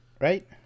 right